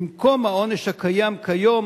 במקום העונש הקיים כיום,